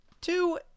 two